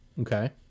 Okay